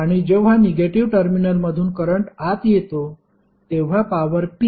आणि जेव्हा निगेटिव्ह टर्मिनलमधून करंट आत येतो तेव्हा पॉवर P v